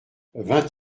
vingt